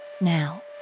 Now